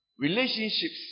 relationships